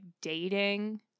dating